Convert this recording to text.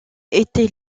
été